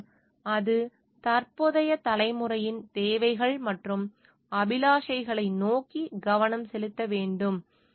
ஆனால் அது தற்போதைய தலைமுறையின் தேவைகள் மற்றும் அபிலாஷைகளை நோக்கி கவனம் செலுத்த வேண்டும்